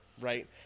right